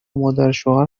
مادرشوهر